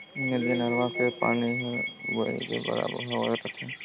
नदिया नरूवा के पानी हर बही के बरबाद होवत रथे